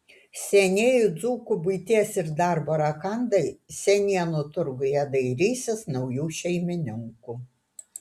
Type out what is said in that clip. senieji dzūkų buities ir darbo rakandai senienų turguje dairysis naujų šeimininkų